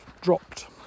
dropped